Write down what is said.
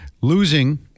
Losing